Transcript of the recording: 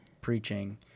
preaching